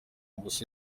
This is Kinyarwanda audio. gusa